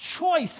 choice